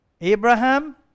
Abraham